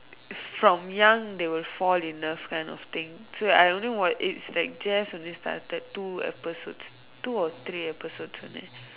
from young they were fall in love kind of thing so I only watch it's like just only started two episodes two or three episodes only